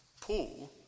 Paul